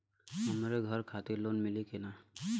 हमरे घर खातिर लोन मिली की ना?